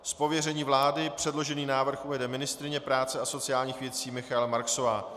Z pověření vlády předložený návrh uvede ministryně práce a sociálních věcí Michaela Marksová.